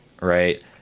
right